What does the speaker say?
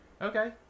okay